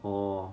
orh